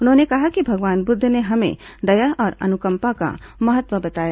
उन्होंने कहा कि भगवान बुद्ध ने हमें दया और अनुकंपा का महत्व बताया